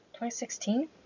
2016